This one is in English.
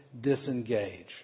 disengage